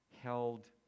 held